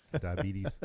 diabetes